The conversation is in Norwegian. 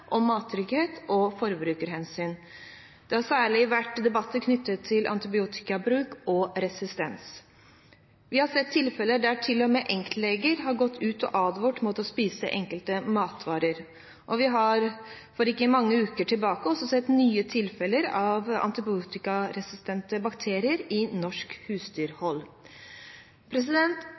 mattrygghet og forbrukerhensyn. Det har særlig vært debatter knyttet til antibiotikabruk og -resistens. Vi har til og med hatt tilfeller der enkeltleger har gått ut og advart mot å spise enkelte matvarer, og vi så for ikke mange uker tilbake nye tilfeller av antibiotikaresistente bakterier i norsk